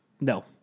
No